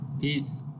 Peace